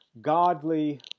godly